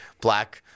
black